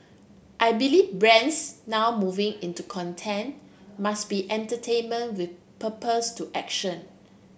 I believe brands now moving into content must be entertainment with purpose to action